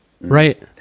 Right